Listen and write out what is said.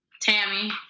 Tammy